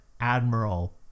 admiral